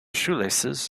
shoelaces